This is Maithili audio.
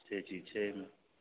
से चीज छै एहिमे